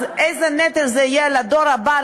אז איזה נטל זה יהיה על הדור הבא,